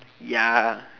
ya